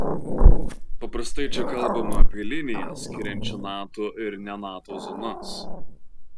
paprastai čia kalbama apie liniją skiriančią nato ir ne nato zonas